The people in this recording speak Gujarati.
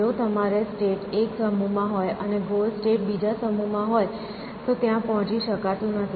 જો તમારો સ્ટેટ એક સમૂહમાં હોય અને ગોલ સ્ટેટ બીજા સમૂહમાં હોય તો ત્યાં પહોંચી શકાતું નથી